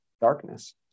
darkness